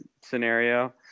scenario